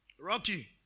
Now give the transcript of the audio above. Rocky